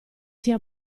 sia